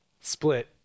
split